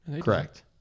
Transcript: Correct